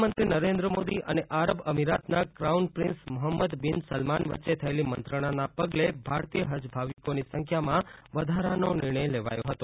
પ્રધાનમંત્રી નરેન્દ્રમોદી અને આરબ અમીરાતના crown prince Muhammad બીન સલમાન વચ્ચે થયેલી મંત્રણાના પગલે ભારતીય હજ ભાવિકોની સંખ્યા વધારાનો નિર્ણય લેવાયો હતો